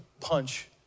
punch